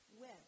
web